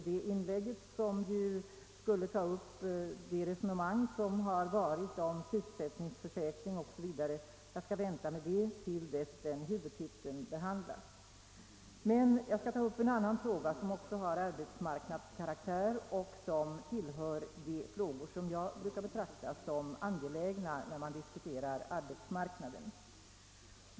Det inlägget, som skulle gälla de borgerligas tal om sysselsättningsförsäkring osv., väntar jag alltså med till dess den huvudtiteln behandlas. Men jag vill ta upp en annan fråga, som också har arbetsmarknadskaraktär och som tillhör de frågor jag brukar betrakta som angelägna när man diskuterar arbetsmarknaden.